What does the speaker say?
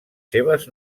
seves